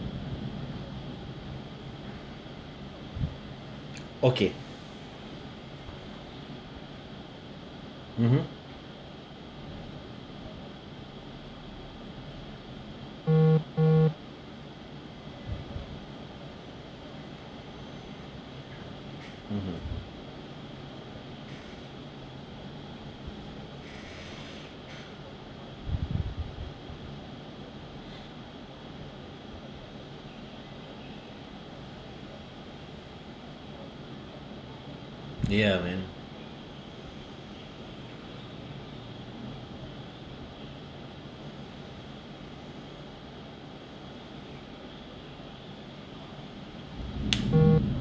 okay mmhmm mmhmm ya man